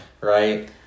right